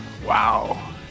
wow